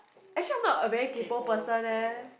actually I'm not a very kaypoh person eh